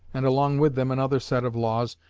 and along with them another set of laws,